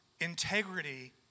integrity